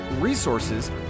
resources